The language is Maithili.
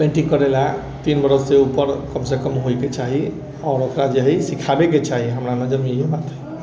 पेन्टिङ्ग करैलए तीन बरिससँ उपर कमसँ कम होइके चाही आओर ओकरा जे हइ सिखाबैके चाही हमरा नजरिमे इएह बात हइ